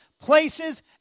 places